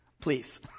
Please